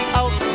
out